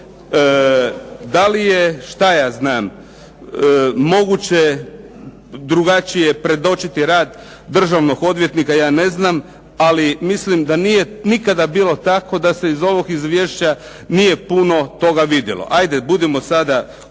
Da li je moguće drugačije predočiti rad državnog odvjetnika ja ne znam, ali mislim da nije nikada bilo tako da se iz ovog izvješća nije puno toga vidjelo. Ajde budimo sada korektni,